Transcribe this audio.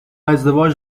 ازدواج